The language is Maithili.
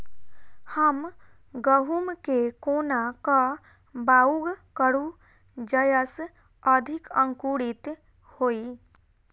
हम गहूम केँ कोना कऽ बाउग करू जयस अधिक अंकुरित होइ?